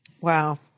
Wow